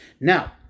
now